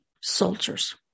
soldiers